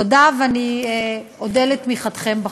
תודה, ואני אודה על תמיכתכם בחוק.